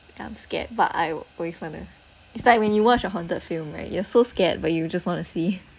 I'm scared but I always wanna it's like when you watch a haunted film right you are so scared but you just want to see